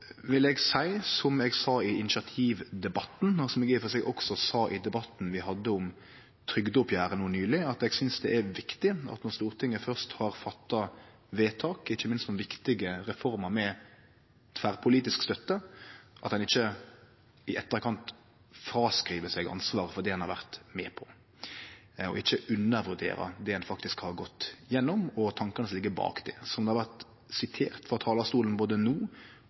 vil eg seie, som eg sa i initiativdebatten, og som eg i og for seg også sa i debatten vi hadde om trygdeoppgjeret no nyleg, at eg synest det er viktig når Stortinget først har fatta vedtak, ikkje minst om viktige reformer med tverrpolitisk støtte, at ein ikkje i etterkant fråskriv seg ansvar for det ein har vore med på, og ikkje undervurderer det ein faktisk har gått gjennom, og tankane som ligg bak det. Som det har vore sitert frå talarstolen både no